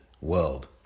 world